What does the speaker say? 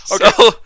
Okay